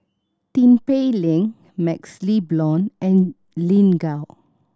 Tin Pei Ling MaxLe Blond and Lin Gao